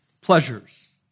pleasures